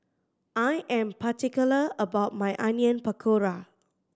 I am particular about my Onion Pakora